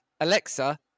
alexa